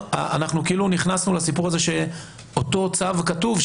נכנסנו לסיפור של אותו צו כתוב,